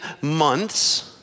months